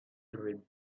dream